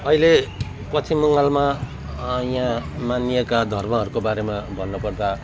अहिले पश्चिम बङ्गालमा यहाँ मानिएका धर्महरूको बारेमा भन्नुपर्दा